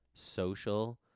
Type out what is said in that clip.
social